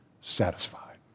satisfied